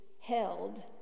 held